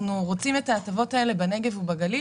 אנחנו רוצים את ההטבות האלה בנגב ובגליל